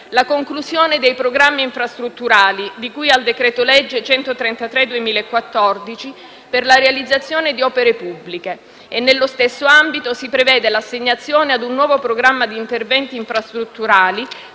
la conclusione dei programmi infrastrutturali, di cui al decreto-legge n. 133 del 2014 per la realizzazione di opere pubbliche. Nello stesso ambito, si prevede l'assegnazione a un nuovo programma di interventi infrastrutturali